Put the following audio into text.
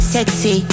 Sexy